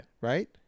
right